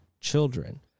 children